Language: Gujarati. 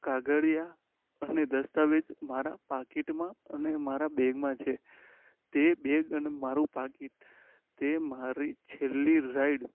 કાગળિયા અને દસ્તાવેજ તે મારાં પાકીટમાં અને મારાં બેગમાં છે તે બેગ અને મારું પાકીટ તે મારી છેલ્લી રાઈડ